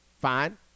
Fine